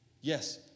Yes